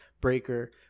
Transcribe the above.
Breaker